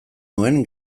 nuen